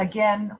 Again